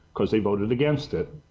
because they voted against it.